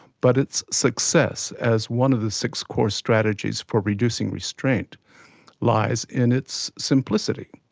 but its success as one of the six core strategies for reducing restraint lies in its simplicity.